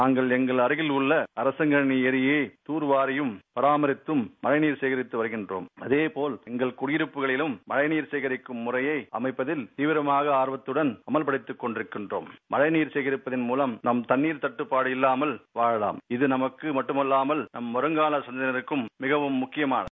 நாங்கள் எங்கள் அருகில் உள்ள அரசன்கழனி ஏரியை தார்வாரியும் பராமரித்தும் மழைநீரை சேகரித்து வருகிறோம் அதேபோல் எங்கள் குடியிருப்புகளிலும் மழைநீர் சேகரிப்பு மழையை அமைப்புகில் தீவிரமான ஆர்வத்தடன் அமல்படுத்திக் கொண்டிருக்கிறோம் மழைநீரை சேகரிப்பதன் மூலம் நாம் தண்ணீர் தட்டுப்பாடு இல்லாமல் வாழலாம் இது நமக்கு மட்டுமல்லாமல் நமது வருங்கால சந்ததியினருக்கும் மிகவும் முக்கியமானது